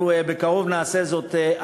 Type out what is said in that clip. אנחנו בקרוב נעשה זאת.